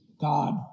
God